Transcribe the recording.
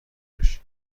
بشی